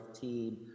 team